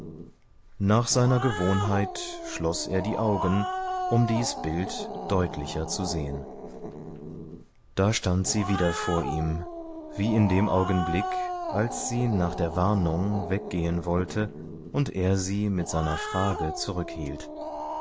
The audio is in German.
nach seiner gewohnheit schloß er die augen um dies bild deutlicher zu sehen da stand sie wieder vor ihm wie in dem augenblick als sie nach der warnung weggehen wollte und er sie mit seiner frage